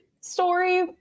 story